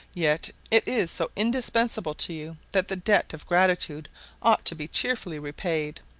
yet it is so indispensable to you that the debt of gratitude ought to be cheerfully repaid.